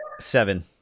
Seven